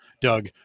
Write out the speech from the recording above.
Doug